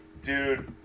Dude